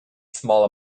small